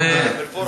אל-פורעה.